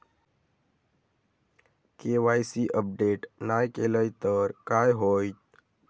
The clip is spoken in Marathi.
के.वाय.सी अपडेट नाय केलय तर काय होईत?